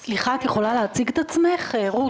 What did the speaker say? סליחה, את יכולה להציג את עצמך, רות?